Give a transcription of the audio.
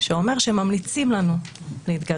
שאומר שהם ממליצים לנו להתגרש,